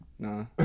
Nah